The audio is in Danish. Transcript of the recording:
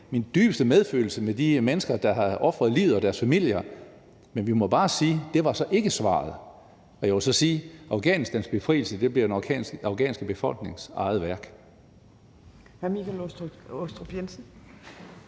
min dybeste medfølelse med de mennesker, der har ofret livet, og deres familier, men vi må bare sige, at det så ikke var svaret. Og jeg vil så sige, at Afghanistans befrielse bliver den afghanske befolknings eget værk.